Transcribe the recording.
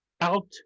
out